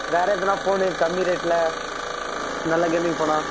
வேறே எதுனால் ஃபோனு கம்மி ரேட்டில் நல்ல கேமிங் ஃபோனாக